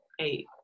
eight